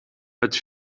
het